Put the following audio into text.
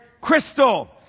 Crystal